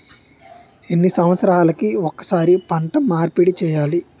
ఎన్ని సంవత్సరాలకి ఒక్కసారి పంట మార్పిడి చేయాలి?